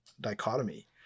dichotomy